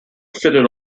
fitted